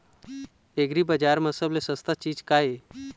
एग्रीबजार म सबले सस्ता चीज का ये?